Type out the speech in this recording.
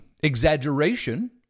exaggeration